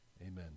Amen